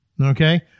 Okay